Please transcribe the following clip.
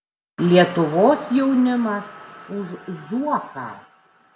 lietuvos jaunimas už zuoką